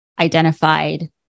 identified